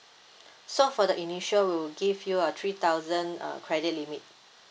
so for the initial we will give you a three thousand uh credit limit